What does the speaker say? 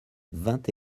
vingt